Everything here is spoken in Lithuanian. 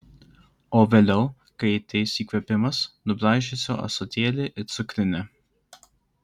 o vėliau kai ateis įkvėpimas nubraižysiu ąsotėlį ir cukrinę